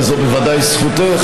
וזו בוודאי זכותך,